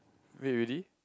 wait really